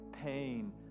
pain